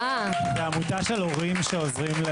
עמותה של הורים.